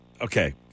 Okay